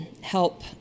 help